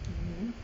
mmhmm